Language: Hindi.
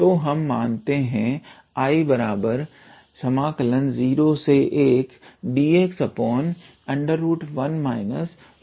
तो हम मानते हैं 𝐼01dx1 x2